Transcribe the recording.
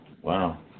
Wow